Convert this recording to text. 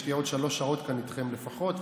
יש לי עוד שלוש שעות כאן איתכם לפחות,